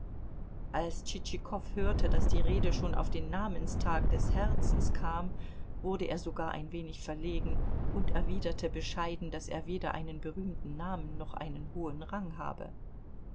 als tschitschikow hörte daß die rede schon auf den namenstag des herzens kam wurde er sogar ein wenig verlegen und erwiderte bescheiden daß er weder einen berühmten namen noch einen hohen rang habe